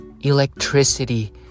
electricity